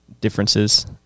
differences